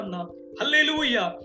Hallelujah